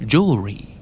Jewelry